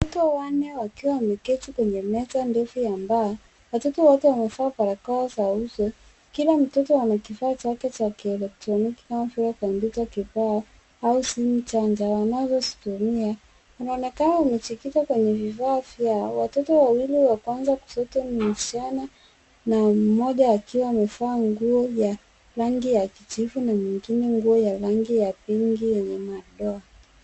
Watoto wanne wakiwa wameketi kwenye meza ndefu ya mbao. Watoto wote wamevaa barakoa za uso. Kila mtoto ana kifaa chake cha kieletroniki kama vile kompyuta kibao au simu charger wanazozitumia . Inaonekana wamejikita kwenye vifaa vyao. Watoto wawili wa kwanza kushoto ni msichana na mmoja akiwa amevaa nguo ya rangi ya kijivu na mwingine nguo ya rangi ya pinki yenye madoa.